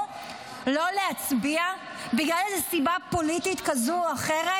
לא להצביע בגלל איזו סיבה פוליטית כזו או אחרת,